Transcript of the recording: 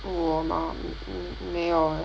我 mah 没没没有 leh